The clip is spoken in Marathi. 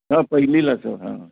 हो पहिलीलाच हां